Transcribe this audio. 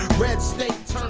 red states